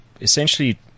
essentially